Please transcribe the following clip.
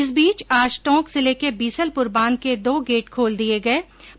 इस बीच आज टोंक जिले के बीसलपुर बांध के दो गेट खोल दिये गये हैं